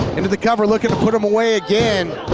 into the cover looking to put him away again,